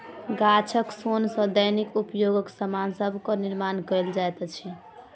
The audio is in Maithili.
गाछक सोन सॅ दैनिक उपयोगक सामान सभक निर्माण कयल जाइत अछि